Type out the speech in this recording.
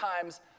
times